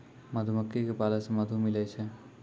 मधुमक्खी क पालै से मधु मिलै छै